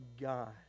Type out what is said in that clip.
God